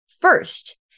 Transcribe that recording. first